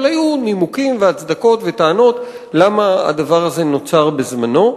אבל היו נימוקים והצדקות וטענות למה הדבר הזה נוצר בזמנו.